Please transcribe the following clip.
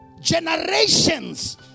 generations